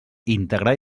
integrar